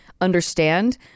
understand